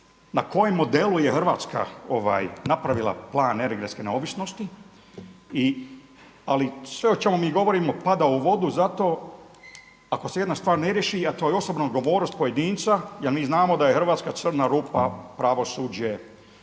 Na kojem modelu je Hrvatska napravila plan energetske neovisnosti? Ali sve o čemu mi govorimo pada u vodu zato ako se jedna stvar ne riješi, a to je osobna odgovornost pojedinca jel mi znamo da je Hrvatska crna rupa pravosuđe,